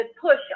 push